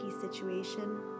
situation